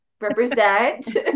represent